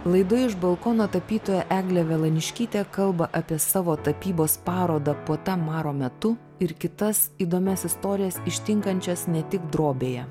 laidoje iš balkono tapytoja eglė velaniškytė kalba apie savo tapybos parodą puota maro metu ir kitas įdomias istorijas ištinkančias ne tik drobėje